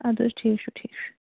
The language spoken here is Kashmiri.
اَدٕ حظ ٹھیٖک چھُ ٹھیٖک چھُ